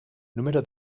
número